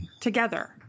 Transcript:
together